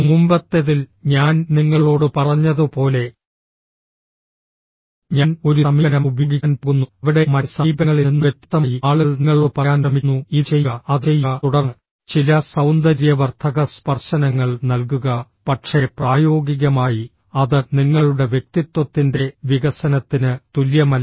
മുമ്പത്തെതിൽ ഞാൻ നിങ്ങളോട് പറഞ്ഞതുപോലെ ഞാൻ ഒരു സമീപനം ഉപയോഗിക്കാൻ പോകുന്നു അവിടെ മറ്റ് സമീപനങ്ങളിൽ നിന്ന് വ്യത്യസ്തമായി ആളുകൾ നിങ്ങളോട് പറയാൻ ശ്രമിക്കുന്നു ഇത് ചെയ്യുക അത് ചെയ്യുക തുടർന്ന് ചില സൌന്ദര്യവർദ്ധക സ്പർശനങ്ങൾ നൽകുക പക്ഷേ പ്രായോഗികമായി അത് നിങ്ങളുടെ വ്യക്തിത്വത്തിന്റെ വികസനത്തിന് തുല്യമല്ല